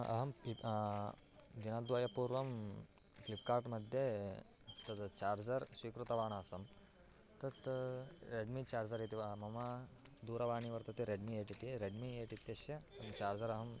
अहं दिनद्वयपूर्वं फ़्लिप्कार्ट् मध्ये तद् चार्जर् स्वीकृतवान् आसम् तत् रेड्मि चार्जर् इति वा मम दूरवाणी वर्तते रेड्मि यैट् इति रेड्मि यैट् इत्यस्य चार्जर् अहं